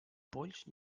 polls